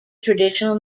traditional